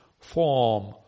form